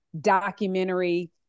documentary